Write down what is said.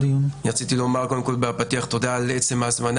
רציתי לומר קודם כל תודה על ההזמנה,